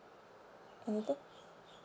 anything